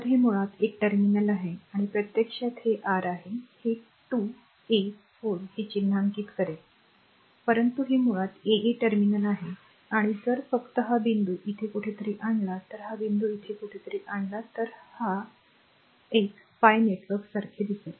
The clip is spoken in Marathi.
तर हे मुळात एक टर्मिनल आहे आणि प्रत्यक्षात हे r आहे हे 2 a 4 हे चिन्हांकित करेल परंतु हे मुळात aa टर्मिनल आहे आणि जर फक्त हा बिंदू इथे कुठेतरी आणला आणि हा बिंदू इथे कुठेतरी आणला तर हा ar pi नेटवर्क सारखे दिसेल